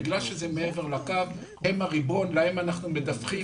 בגלל שזה מעבר לקו, הם הריבון, להם אנחנו מדווחים.